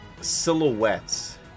silhouettes